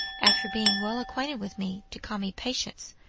after being well acquainted with me, to call me patience,